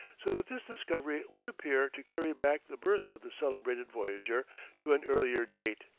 so that this discovery would appear to carry back the birth of the celebrated voyager to an earlier date.